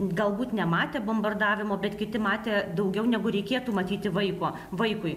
galbūt nematė bombardavimo bet kiti matė daugiau negu reikėtų matyti vaiko vaikui